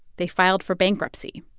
they filed for bankruptcy.